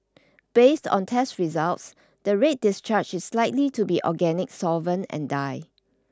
based on test results the red discharge is likely to be organic solvent and dye